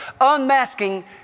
unmasking